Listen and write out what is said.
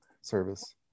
service